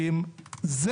זה